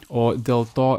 o dėl to